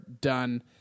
done